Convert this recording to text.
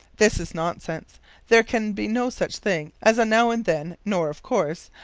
this is nonsense there can be no such thing as a now and then, nor, of course,